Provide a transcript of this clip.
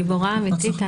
אנה היא גיבורה אמיתית.